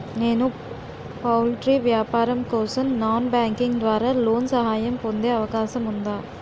నేను పౌల్ట్రీ వ్యాపారం కోసం నాన్ బ్యాంకింగ్ ద్వారా లోన్ సహాయం పొందే అవకాశం ఉందా?